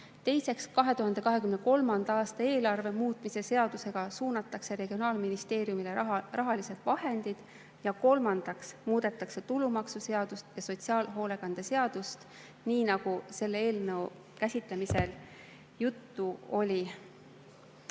teiseks, 2023. aasta [riigi]eelarve [seaduse] muutmise seadusega suunatakse Regionaalministeeriumile rahalised vahendid ja kolmandaks, muudetakse tulumaksuseadust ja sotsiaalhoolekande seadust nii, nagu selle eelnõu käsitlemisel juttu oli.